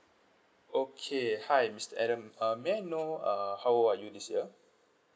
okay hi mister adam um may I know uh how are you this year